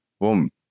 boom